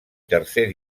tercer